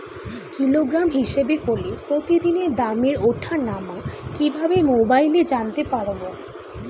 Kilogram হিসাবে হলে প্রতিদিনের দামের ওঠানামা কিভাবে মোবাইলে জানতে পারবো?